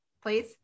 please